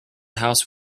house